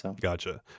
Gotcha